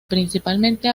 principalmente